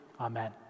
Amen